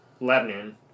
lebanon